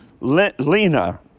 Lena